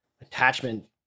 attachment